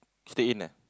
stay in eh